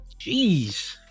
jeez